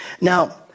Now